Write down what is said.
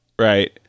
Right